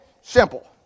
Simple